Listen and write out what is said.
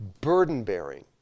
burden-bearing